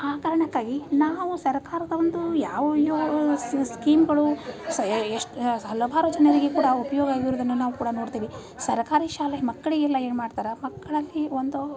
ಆ ಕಾರಣಕ್ಕಾಗಿ ನಾವು ಸರಕಾರದ ಒಂದು ಯಾವ ಯಾವ ಸ್ಕೀಮ್ಗಳು ಎಷ್ ಹಲವಾರು ಜನರಿಗೆ ಕೂಡ ಉಪಯೋಗ ಆಗಿರುವುದನ್ನು ನಾವು ಕೂಡ ನೋಡ್ತೇವೆ ಸರಕಾರಿ ಶಾಲೆ ಮಕ್ಕಳಿಗೆಲ್ಲ ಏನು ಮಾಡ್ತಾರೆ ಮಕ್ಕಳಾಗಿ ಒಂದು